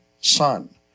Son